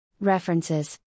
References